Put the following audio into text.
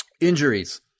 Injuries